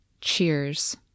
cheers